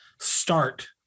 start